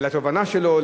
לתובענה שלו,